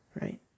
Right